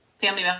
family